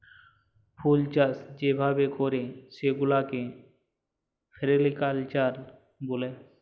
ফুলচাষ যে ভাবে ক্যরে সেগুলাকে ফ্লরিকালচার ব্যলে